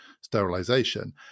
sterilization